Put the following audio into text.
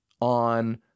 on